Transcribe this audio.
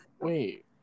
wait